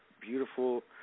beautiful